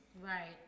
Right